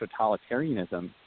totalitarianism